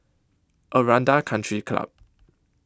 Aranda Country Club